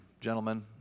gentlemen